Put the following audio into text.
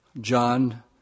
John